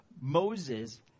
Moses